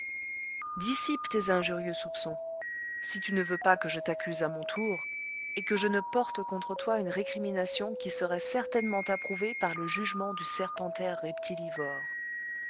dissipe tes injurieux soupçons si tu ne veux pas que je t'accuse à mon tour et que je ne porte contre toi une récrimination qui serait certainement approuvée par le jugement du serpentaire